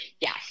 Yes